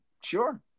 sure